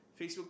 Facebook